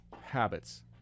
habits